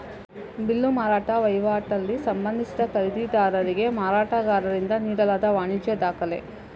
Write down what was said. bill ಮಾರಾಟ ವೈವಾಟಲ್ಲಿ ಸಂಬಂಧಿಸಿದ ಖರೀದಿದಾರರಿಗೆ ಮಾರಾಟಗಾರರಿಂದ ನೀಡಲಾದ ವಾಣಿಜ್ಯ ದಾಖಲೆ